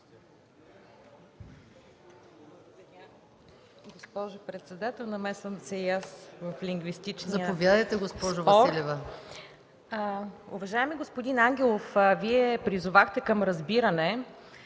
госпожо председател, намесвам се и аз в лингвистичния спор. Уважаеми господин Ангелов, Вие призовахте към разбиране